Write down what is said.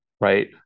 right